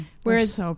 Whereas